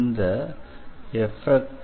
இந்தF